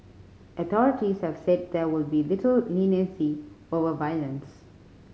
authorities have said there will be little leniency over violence